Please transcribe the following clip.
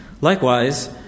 Likewise